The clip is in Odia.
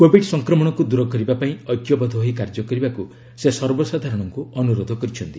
କୋବିଡ୍ ସଂକ୍ରମଣକୁ ଦୂର କରିବା ପାଇଁ ଐକ୍ୟବଦ୍ଧ ହୋଇ କାର୍ଯ୍ୟ କରିବାକୁ ସେ ସର୍ବସାଧାରଣଙ୍କୁ ଅନୁରୋଧ କରିଛନ୍ତି